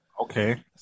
Okay